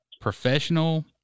professional